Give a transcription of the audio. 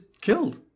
killed